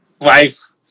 life